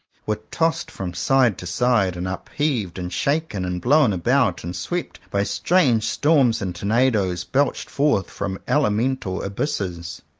were tossed from side to side, and upheaved, and shaken, and blown about, and swept by strange storms and tornadoes belched forth from elemental abysses.